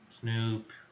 Snoop